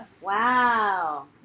Wow